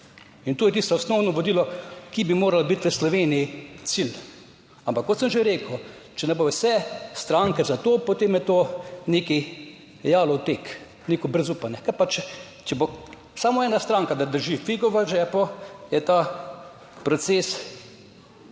in to je tisto osnovno vodilo, ki bi moralo biti v Sloveniji cilj. Ampak kot sem že rekel, če ne bodo vse stranke za to, potem je to nekaj jalov tek, neko brezupanje, ker pač, če bo samo ena stranka, da drži figo v žepu, je ta proces,